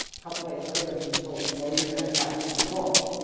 couple days later he was told no you're gonna attack it from the north